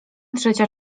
trzecia